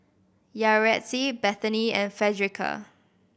Yaretzi Bethany and Fredericka